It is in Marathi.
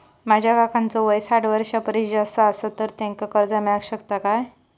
माझ्या काकांचो वय साठ वर्षां परिस जास्त आसा तर त्यांका कर्जा मेळाक शकतय काय?